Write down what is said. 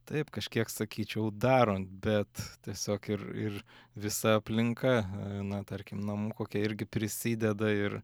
taip kažkiek sakyčiau daro bet tiesiog ir ir visa aplinka na tarkim namų kokia irgi prisideda ir